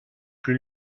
plus